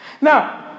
Now